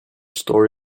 story